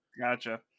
gotcha